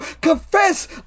Confess